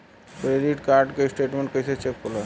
Credit card के statement कइसे check होला?